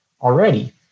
already